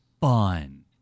fun